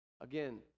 Again